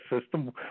system